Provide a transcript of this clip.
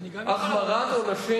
החמרת עונשים